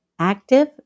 active